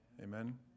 Amen